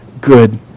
good